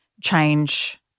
change